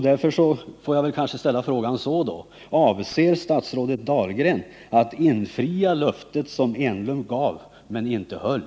Därför ställer jag frågan: Avser statsrådet Dahlgren att infria löftet som Eric Enlund gav men inte höll?